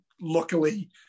luckily